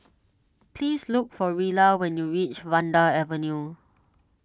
please look for Rilla when you reach Vanda Avenue